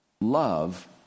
love